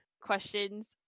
questions